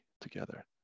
together